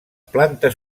plantes